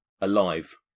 alive